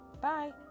Bye